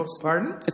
Pardon